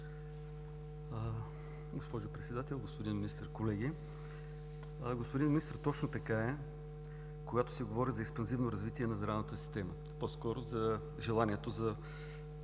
господин Министър, колеги! Господин Министър, точно така е, когато се говори за експанзивно развитие на здравната система, по-скоро за желанието за